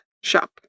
shop